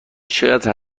چقدر